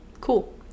cool